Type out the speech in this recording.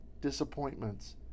disappointments